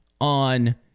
on